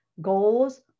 goals